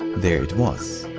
there it was.